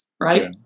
right